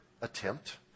attempt